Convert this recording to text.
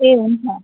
ए हुन्छ